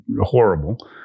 horrible